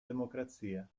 democrazia